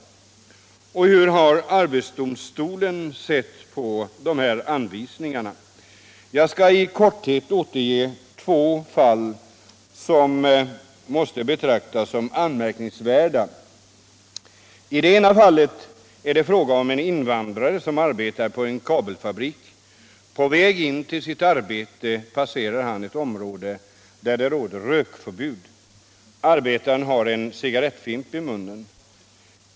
Hur har arbetsdomstolen sett på dessa anvisningar? Jag skall här i korthet återge två tall som måste betraktas som anmärkningsvärda. | I det ena fallet är det fråga om en invandrare som arbetar på kabelfabrik. På väg in till sitt arbete passerar han ett område där det råder rökförbud. Arbetaren har en cigarettfimp i munnen.